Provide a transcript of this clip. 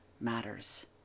matters